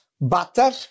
Butter